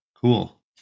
cool